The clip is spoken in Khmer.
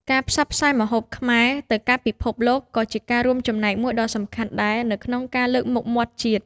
ការផ្សព្វផ្សាយម្ហូបខ្មែរទៅកាន់ពិភពលោកក៏ជាការរួមចំណែកមួយដ៏សំខាន់ដែរនៅក្នុងការលើកមុខមាត់ជាតិ។